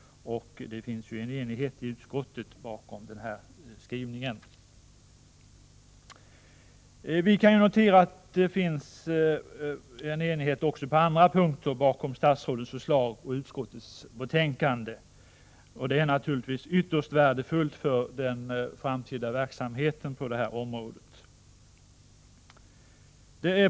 Det finns en enighet i utskottet bakom skrivningen om detta. Vi kan notera att det finns en enighet även på andra punkter om statsrådets förslag och utskottets betänkande, vilket naturligtvis är ytterst värdefullt för den framtida verksamheten på området.